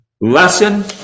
lesson